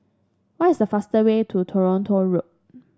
what is the fastest way to Toronto Road